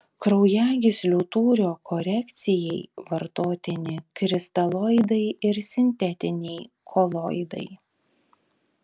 kraujagyslių tūrio korekcijai vartotini kristaloidai ir sintetiniai koloidai